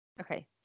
Okay